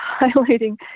highlighting